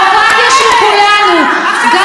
זו הדמוקרטיה של כולנו.